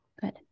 Good